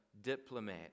diplomat